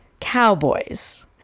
Cowboys